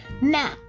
Now